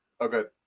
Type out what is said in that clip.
Okay